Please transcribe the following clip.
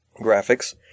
graphics